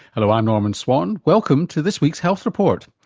hello i'm norman swan, welcome to this week's health report.